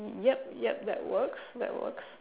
yup yup that works that works